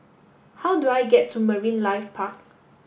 how do I get to Marine Life Park